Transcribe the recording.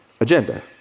agenda